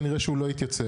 כנראה שהוא לא יתייצב,